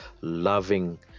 loving